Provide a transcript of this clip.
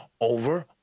over